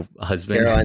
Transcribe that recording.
husband